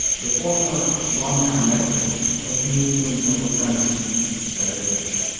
the former long-time editor of the new england journal of medicine said it best.